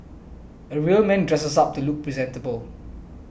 a real man dresses up to look presentable